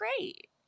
great